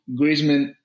Griezmann